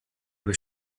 was